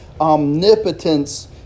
omnipotence